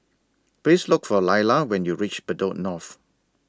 Please Look For Laila when YOU REACH Bedok North